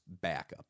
backup